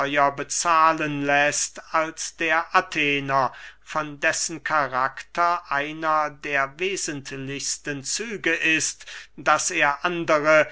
bezahlen läßt als der athener von dessen karakter einer der wesentlichsten züge ist daß er andere